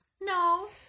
No